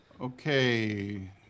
Okay